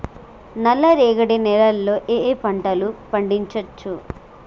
నల్లరేగడి నేల లో ఏ ఏ పంట లు పండించచ్చు?